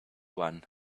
one